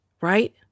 Right